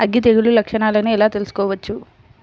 అగ్గి తెగులు లక్షణాలను ఎలా తెలుసుకోవచ్చు?